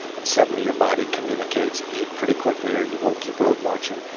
and suddenly, your body communicates, eat pretty quickly, or you won't keep road marching.